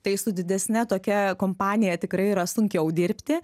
tai su didesne tokia kompanija tikrai yra sunkiau dirbti